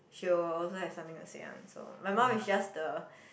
she will also have something to say one so my mum is just the